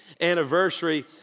anniversary